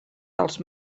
dels